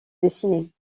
dessinées